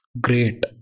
great